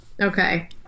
Okay